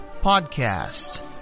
podcast